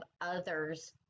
others